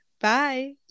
bye